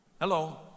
Hello